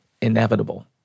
inevitable